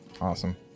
Awesome